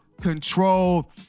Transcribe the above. control